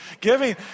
Giving